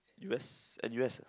U_S N_U_S ah